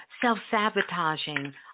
self-sabotaging